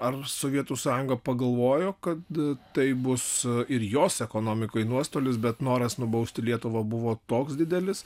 ar sovietų sąjunga pagalvojo kad tai bus ir jos ekonomikai nuostolis bet noras nubausti lietuvą buvo toks didelis